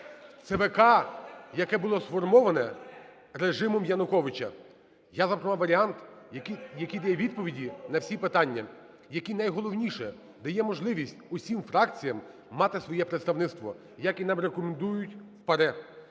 ЦВК, яка було сформоване режимом Януковича. Я запропонував варіант, який дає відповіді на всі питання, який найголовніше – дає можливість усім фракціям мати своє представництво, як нам рекомендують в ПАРЄ.